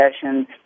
sessions